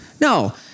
No